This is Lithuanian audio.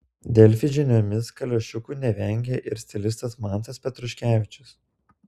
delfi žiniomis kaliošiukų nevengia ir stilistas mantas petruškevičius